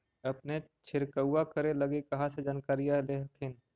अपने छीरकाऔ करे लगी कहा से जानकारीया ले हखिन?